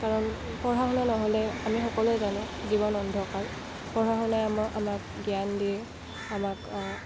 কাৰণ পঢ়া শুনা নহলে আমি সকলোৱে জানো জীৱন অন্ধকাৰ পঢ়া শুনাই আমাক আমাক জ্ঞান দিয়ে